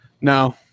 No